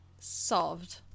solved